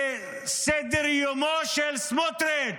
לסדר-יומו של סמוטריץ'?